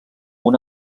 una